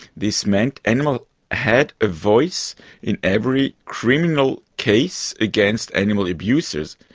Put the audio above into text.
this meant animals had a voice in every criminal case against animal abusers.